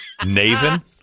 Naven